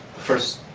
first